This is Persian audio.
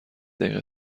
دقیقه